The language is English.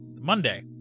Monday